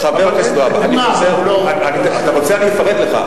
חבר הכנסת והבה, אתה רוצה, אני אפרט לך.